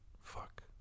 fuck